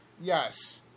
Yes